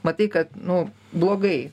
matai kad nu blogai